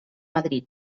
madrid